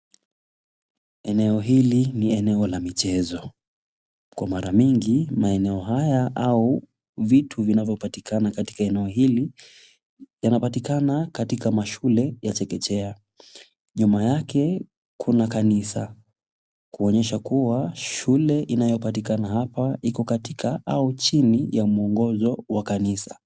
Eneo hili ni eneo la michezo. Kwa mara mingi, maeneo haya au vitu vinavyopatikana katika eneo hili, yanapatikana katika mashule ya chekechea. Nyuma yake kuna kanisa kuonyesha kuwa shule inayopatikana hapa iko katika au chini ya muongozo wa kanisa.